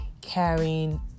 carrying